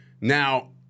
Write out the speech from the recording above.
Now